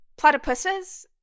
Platypuses